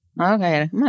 Okay